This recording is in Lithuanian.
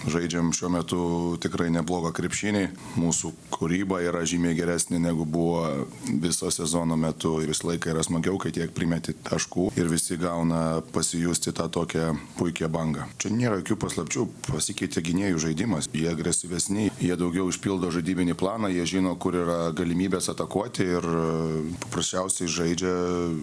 žaidžiam šiuo metu tikrai neblogą krepšinį mūsų kūryba yra žymiai geresnė negu buvo viso sezono metu ir visą laiką yra smagiau kai tiek primeti taškų ir visi gauna pasijusti tą tokią puikią bangą čia nėra jokių paslapčių pasikeitė gynėjų žaidimas jie agresyvesni jie daugiau išpildo žaidybinį planą jie žino kur yra galimybės atakuoti ir paprasčiausiai žaidžia